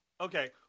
Okay